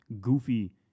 goofy